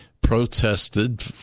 protested